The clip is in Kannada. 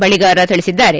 ಬಳಿಗಾರ ತಿಳಿಸಿದ್ದಾರೆ